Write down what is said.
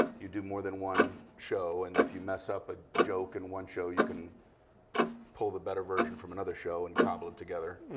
you do more than one show. and if you mess up a joke in one show, you can pull the better version from another show and cobble it together.